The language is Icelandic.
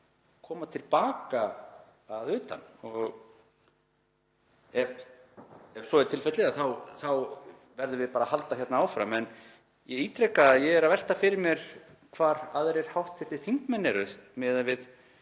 koma til baka að utan. Ef það er tilfellið þá verðum við bara að halda áfram. En ég ítreka að ég er að velta fyrir mér hvar aðrir hv. þingmenn séu miðað við